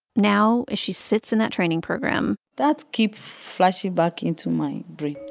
now, as she sits in that training program. that keeps flashing back into my brain